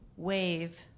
Wave